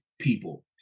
people